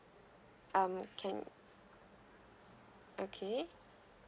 um can okay